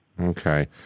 okay